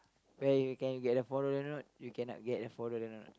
where can you get a four dollar note you cannot get a four dollar note